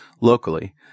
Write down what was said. locally